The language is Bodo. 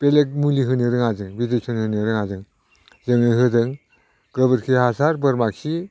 बेलेग मुलि होनो रोङा जों मेडिसिन होनो रोङा जों जोङो होदों गोबोरखि हासार बोरमाखि